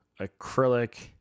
acrylic